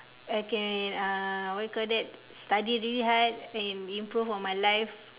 I can uh what you call that study really hard and improve on my life